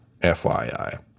FYI